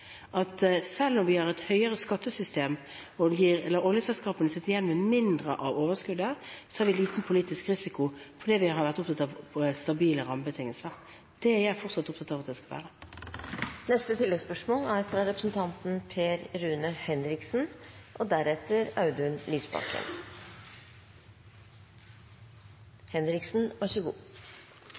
Selv om vi har et høyere skattesystem og oljeselskapene sitter igjen med mindre av overskuddet, så er det liten politisk risiko, fordi de har vært opptatt av stabile rammebetingelser. Det er jeg opptatt av at det fortsatt skal være. Per Rune Henriksen – til oppfølgingsspørsmål. Petroleumsnæringen er vår desidert største næring i dette landet, og